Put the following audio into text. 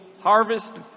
harvest